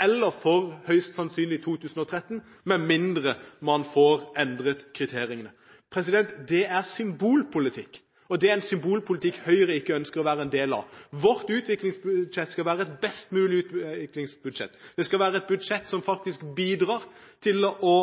eller – høyst sannsynlig – i 2013, med mindre man får endret kriteriene. Det er symbolpolitikk, og det er en symbolpolitikk Høyre ikke ønsker å være en del av. Vårt utviklingsbudsjett skal være et best mulig utviklingsbudsjett. Det skal være et budsjett som bidrar til å